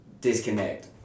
disconnect